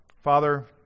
Father